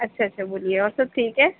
اچھا اچھا بولیے اور سب ٹھیک ہے